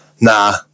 Nah